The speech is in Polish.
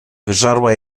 wyżarła